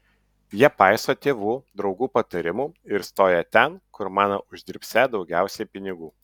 jie paiso tėvų draugų patarimų ir stoja ten kur mano uždirbsią daugiausiai pinigų